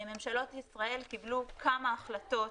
ממשלות ישראל קיבלו כמה החלטות